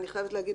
אני חייבת להגיד,